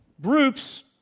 groups